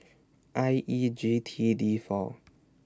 I E G T D four